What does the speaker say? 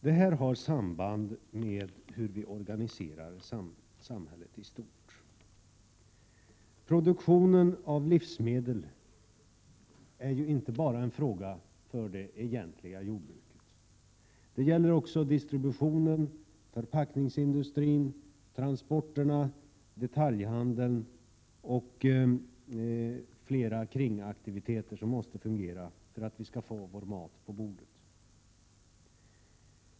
Detta har samband med hur vi organiserar samhället i stort. Produktionen av livsmedel är ju inte bara en fråga för det egentliga jordbruket. Den gäller också distributionen, förpackningsindustrin, transporterna, detaljhandeln och flera kringaktiviteter, som måste fungera för att vi skall få vår mat på bordet.